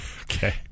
okay